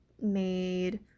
made